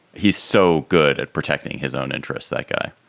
he's so good at protecting his own interests. that guy,